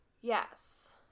Yes